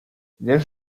james